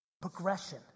progression